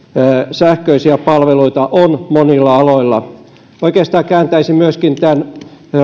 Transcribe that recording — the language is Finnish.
sähköisiä palveluita on monilla aloilla oikeastaan kääntäisin tämän